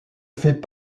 fait